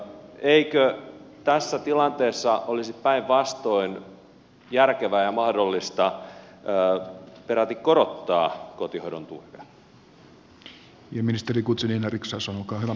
eikö tässä tilanteessa olisi päinvastoin järkevää ja mahdollista peräti korottaa kotihoidon tukea